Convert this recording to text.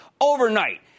overnight